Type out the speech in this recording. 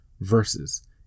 versus